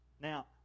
now